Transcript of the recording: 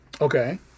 Okay